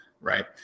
right